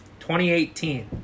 2018